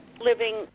living